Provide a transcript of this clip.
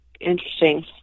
Interesting